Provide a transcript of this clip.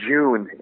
June